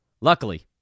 Luckily